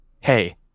Hey